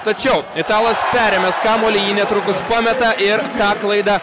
tačiau italas perėmęs kamuolį jį netrukus pameta ir ta klaida